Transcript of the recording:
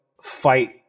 fight